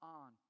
on